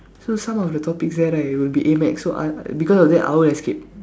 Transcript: so some of the topics there right will be A math so I because of that I will escape